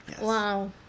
Wow